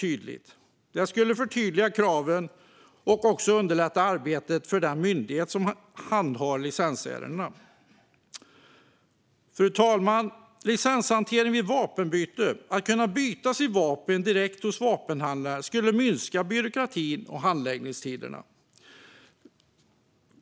Det skulle också underlätta arbetet för den myndighet som handhar licensärendena. Fru talman! Vi har även ett tillkännagivande om licenshantering vid vapenbyte. Att kunna byta sitt vapen direkt hos vapenhandlaren skulle minska byråkratin och handläggningstiderna.